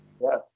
Yes